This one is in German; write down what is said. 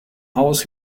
haus